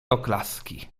oklaski